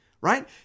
Right